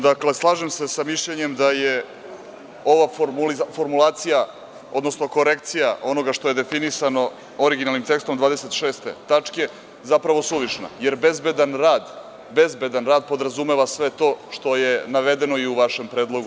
Dakle, slažem se sa mišljenjem da je ovo formulacija, odnosno korekcija onoga što je definisano originalnim tekstom 26. tačke zapravo suvišna jer bezbedan rad podrazumeva sve to što je navedeno i u vašem predlogu.